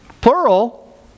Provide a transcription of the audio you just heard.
plural